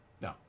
No